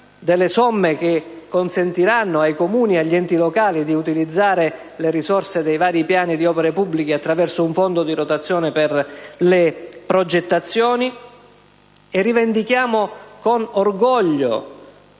regionali, che consentiranno ai Comuni e agli enti locali di utilizzare le risorse dei vari piani di opere pubbliche attraverso uno fondo di rotazione per le progettazioni. Rivendichiamo altresì con orgoglio